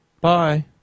Bye